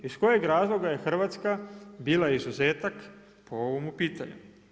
Iz kojeg razloga je Hrvatska bila izuzetak po ovomu pitanju?